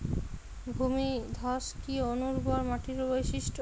ভূমিধস কি অনুর্বর মাটির বৈশিষ্ট্য?